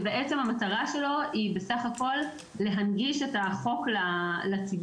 שהמטרה שלו היא בסך הכול להנגיש את החוק לציבור,